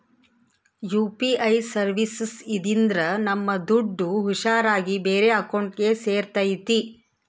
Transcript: UPI services ಇದ್ರಿಂದ ನಮ್ ದುಡ್ಡು ಹುಷಾರ್ ಆಗಿ ಬೇರೆ ಅಕೌಂಟ್ಗೆ ಸೇರ್ತೈತಿ